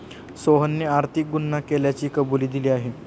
सोहनने आर्थिक गुन्हा केल्याची कबुली दिली आहे